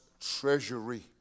treasury